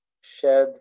shed